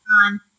on